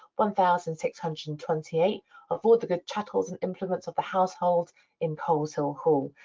one thousand six hundred and twenty eight of all the good chattels and implements of the household in coleshill hall.